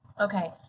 Okay